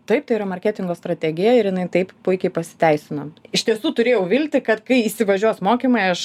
taip tai yra marketingo strategija ir jinai taip puikiai pasiteisino iš tiesų turėjau viltį kad kai įsivažiuos mokymai aš